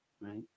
right